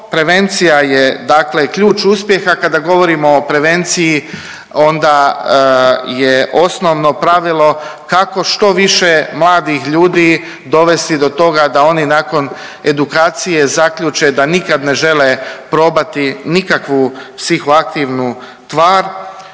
prevencija je dakle ključ uspjeha kada govorimo o prevenciji onda je osnovno pravilo kako što više mladih ljudi dovesti do toga da oni nakon edukacije zaključe da nikad ne žele probati nikakvu psihoatkivnu tvar.